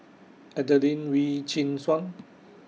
Adelene Wee Chin Suan